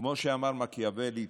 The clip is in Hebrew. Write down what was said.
כמו שאמר מקיאוולי,